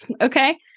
Okay